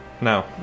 No